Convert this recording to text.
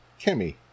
Kimmy